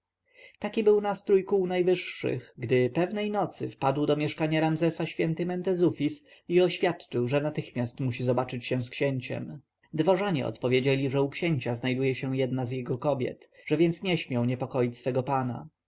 taki był nastrój kół najwyższych gdy pewnej nocy wpadł do mieszkania ramzesa święty mentezufis i oświadczył że natychmiast musi zobaczyć się z księciem dworzanie odpowiedzieli że u księcia znajduje się jedna z jego kobiet że więc nie śmią niepokoić swego pana